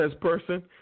person